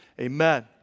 amen